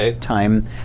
time